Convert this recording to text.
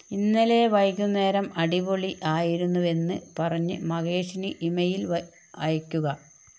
ഇന്നലെ വൈകുന്നേരം അടിപൊളി ആയിരുന്നുവെന്ന് പറഞ്ഞ് മഹേഷിന് ഇമെയില് അയയ്ക്കുക